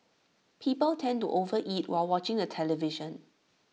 people tend to overeat while watching the television